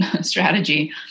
strategy